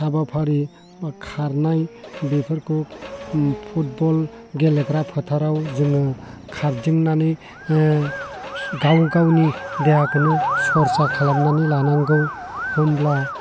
हाबाफारि बा खारनाय बेफोरखौ फुटबल गेलेग्रा फोथाराव जोङो खारदिंनानै गाव गावनि देहाखोनो सरसा खालामनानै लानांगौ होमब्ला